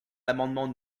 l’amendement